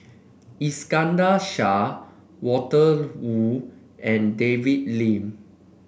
Iskandar Shah Walter Woon and David Lim